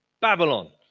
Babylon